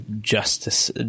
justice